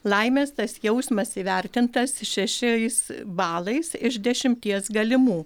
laimės tas jausmas įvertintas šešiais balais iš dešimties galimų